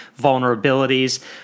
vulnerabilities